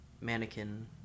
mannequin